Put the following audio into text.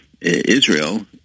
Israel